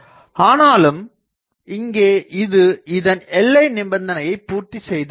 ஆனாலும் இங்கே இது இதன் எல்லை நிபந்தனையைப் பூர்த்திசெய்தல் வேண்டும்